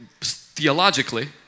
theologically